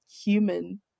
human